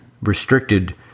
restricted